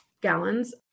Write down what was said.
gallons